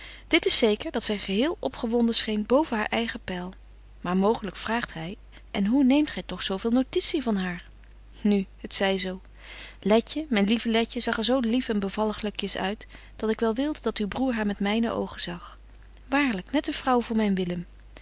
dit is zeker dat zy geheel opgewonden scheen boven haar eigen peil maar mooglyk vraagt gy en hoe neemt gy toch zo veel notitie van haar nu het zy zo letje myn lieve letje zag er zo lief en bevalliglykjes uit dat ik wel wilde dat uw broêr haar met myne oogen zag waarlyk net een vrouw voor myn willem